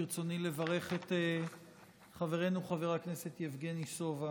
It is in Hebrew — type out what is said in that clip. ברצוני לברך את חברנו חבר הכנסת יבגני סובה,